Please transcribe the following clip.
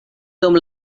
dum